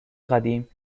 قدیم